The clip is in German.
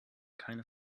keine